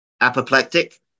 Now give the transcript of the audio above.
Apoplectic